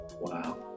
Wow